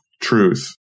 truth